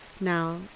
Now